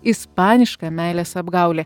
ispaniška meilės apgaulė